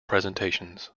presentations